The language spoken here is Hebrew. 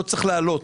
לא צריך להעלות.